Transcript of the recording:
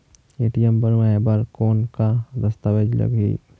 ATM बनवाय बर कौन का दस्तावेज लगही?